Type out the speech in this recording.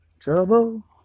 trouble